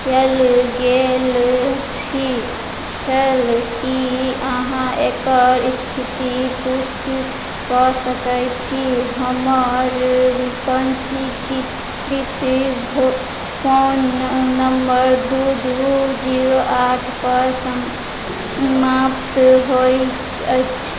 कयल गेल छी छल की अहाँ एकर स्थिती पुष्टि कऽ सकैत छी कि हमर पञ्जीकृत भो फोन नम्मर दू दू जीरो आठ पर सम समाप्त होइत अछि